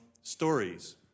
Stories